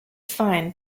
fine